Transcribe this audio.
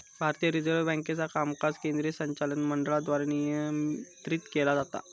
भारतीय रिझर्व्ह बँकेचा कामकाज केंद्रीय संचालक मंडळाद्वारे नियंत्रित केला जाता